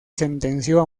sentenció